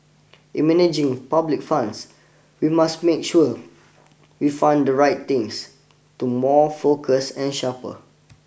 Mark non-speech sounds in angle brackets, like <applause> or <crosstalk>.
in managing public funds we must make sure <noise> we fund the right things to more focused and sharper